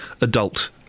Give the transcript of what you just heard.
adult